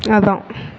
அதான்